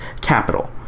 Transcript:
capital